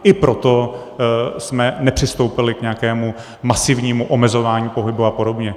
I proto jsme nepřistoupili k nějakému masivnímu omezování pohybu apod.